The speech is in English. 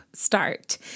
start